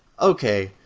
okay,